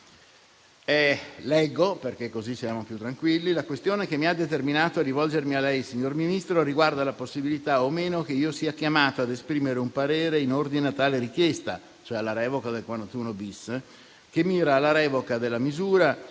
Leggo, perché così siamo più tranquilli: «La questione che mi ha determinato a rivolgermi a lei, signor Ministro, riguarda la possibilità o meno che io sia chiamato ad esprimere un parere in ordine a tale richiesta» - cioè alla revoca del 41-*bis* - «che mira alla revoca della misura,